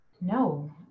No